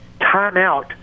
timeout